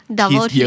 Double